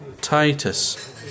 Titus